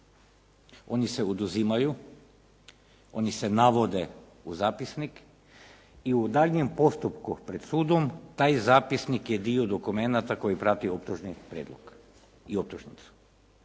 oni se oduzimaju, oni se navode u zapisnik i u daljnjem postupku pred sudom taj zapisnik je dio dokumenata koji prati optužni prijedlog i optužnicu.